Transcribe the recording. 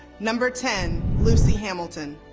number ten, lucy hamilton.